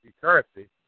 Currency